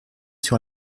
sur